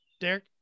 Derek